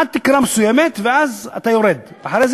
עד תקרה מסוימת, ואז אתה יורד, אחרי זה